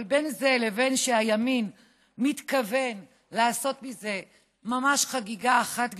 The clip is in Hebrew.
אבל בין זה לבין זה שהימין מתכוון לעשות מזה ממש חגיגה אחת גדולה,